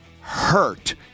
hurt